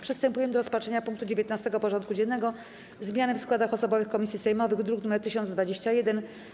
Przystępujemy do rozpatrzenia punktu 19. porządku dziennego: Zmiany w składach osobowych komisji sejmowych (druk nr 1021)